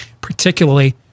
Particularly